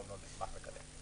מאוד מאוד אשמח לקדם.